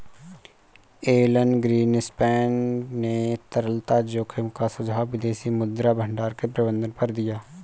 Elon Greenspan ने तरलता जोखिम का सुझाव विदेशी मुद्रा भंडार के प्रबंधन पर दिया